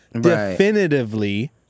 definitively